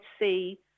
see